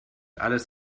alles